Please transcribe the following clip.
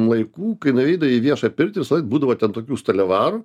laikų kai nueidavai į viešą pirtį visąlaik būdavo ten tokių stalivarų